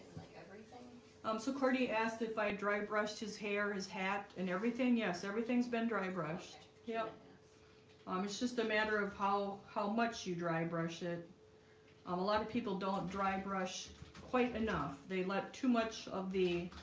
like everything um, so courtney asked if i dry brushed his hair his hat and everything yes, everything's been dry brushed, yep um, it's just a matter of how how much you dry brush it um a lot of people don't dry brush quite enough. they let too much of the